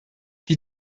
die